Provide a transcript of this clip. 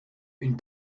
une